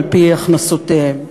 על-פי הכנסותיהם.